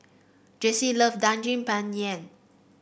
Jesse love Daging Penyet